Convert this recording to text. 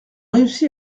réussi